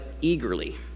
eagerly